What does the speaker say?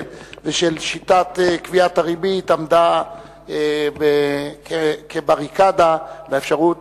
ושל שיטת קביעת הריבית עמדו כבריקדה לאפשרות.